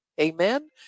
Amen